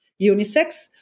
unisex